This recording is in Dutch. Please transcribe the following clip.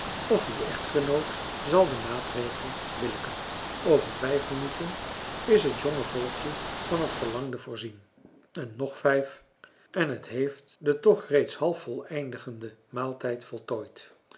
of uw echtgenoot zal den maatregel billijken over vijf minuten is het jonge volkje van het verlangde voorzien nog vijf en het heeft den toch reeds halfvoleindigden maaltijd voltooid